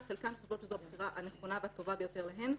וחלקן חושבות שזו הבחירה הנכונה והטובה ביותר להן.